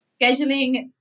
Scheduling